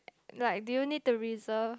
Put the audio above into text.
like do you need to reserve